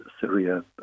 Syria